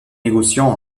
négociant